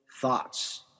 thoughts